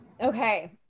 Okay